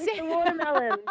Watermelon